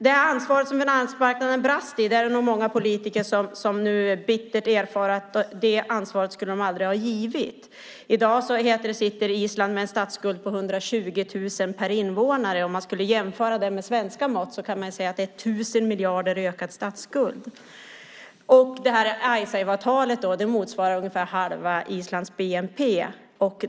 Det ansvar som finansmarknaden brast i är det nog många politiker som nu bittert erfar att de aldrig skulle ha givit. I dag sitter Island med en statsskuld på 120 000 per invånare. Om man jämför det med svenska mått kan man säga att det är 1 000 miljarder i ökad statsskuld. Icesave-avtalet motsvarar ungefär halva Islands bnp.